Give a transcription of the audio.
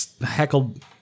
heckled